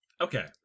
okay